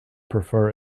prefer